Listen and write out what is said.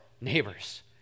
neighbors